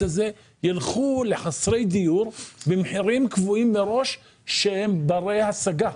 הזה ילכו לחסרי דיור במחירים קבועים מראש שהם ברי השגה.